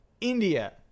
India